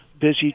busy